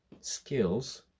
skills